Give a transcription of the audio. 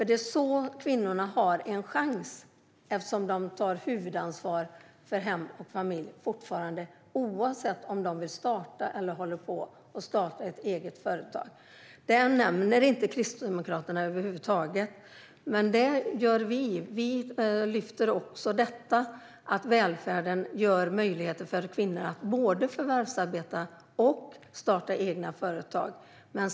Det är på så vis kvinnor får en chans, eftersom de fortfarande tar huvudansvar för hem och familj oavsett om de har ett eget företag eller håller på att starta ett. Detta nämner Kristdemokraterna över huvud taget inte. Det gör dock vi. Välfärden ger kvinnor möjlighet att både förvärvsarbeta och starta egna företag.